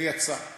ויצא.